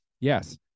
Yes